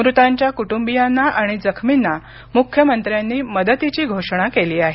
मृतांच्या कुटुंबियांना आणि जखमींना मुख्यमंत्र्यांनी मदतीची घोषणा केली आहे